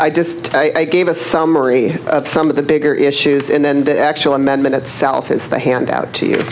i just i gave a summary at some of the bigger issues and then the actual amendment itself is the handout to